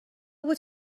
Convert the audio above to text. بود